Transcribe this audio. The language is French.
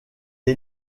est